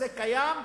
זה קיים,